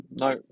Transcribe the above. no